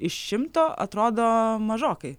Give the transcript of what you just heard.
iš šimto atrodo mažokai